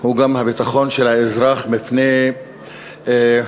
הוא גם הביטחון של האזרח מפני התנכלות,